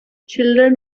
children